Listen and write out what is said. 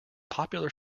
popular